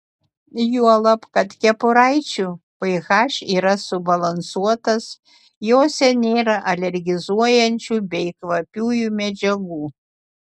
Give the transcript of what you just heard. juolab kad kepuraičių ph yra subalansuotas jose nėra alergizuojančių bei kvapiųjų medžiagų